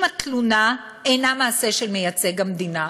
אם התלונה אינה על מעשה של מייצג המדינה,